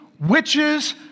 witches